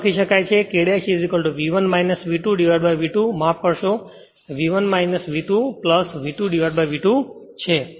તેથી K V1 V2V2 માફ કરશો V1 V2 V2V2 છે